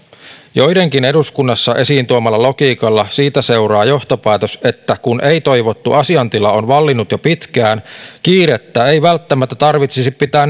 joidenkin eduskunnassa esiin tuomalla logiikalla siitä seuraa johtopäätös että kun ei toivottu asiantila on vallinnut jo pitkään kiirettä ei välttämättä tarvitsisi pitää